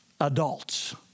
adults